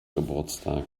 geburtstag